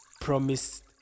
promised